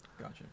Gotcha